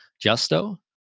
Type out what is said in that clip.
Justo